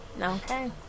Okay